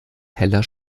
heller